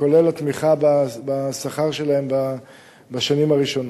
כולל התמיכה בשכר שלהן בשנים הראשונות.